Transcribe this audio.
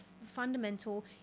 fundamental